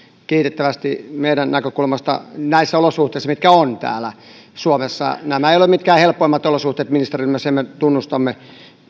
kiitettävästi meidän näkökulmastamme näissä olosuhteissa mitkä ovat täällä suomessa nämä eivät ole mitkään helpoimmat olosuhteet ministerinä sen me tunnustamme